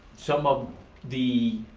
some of the